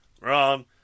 Wrong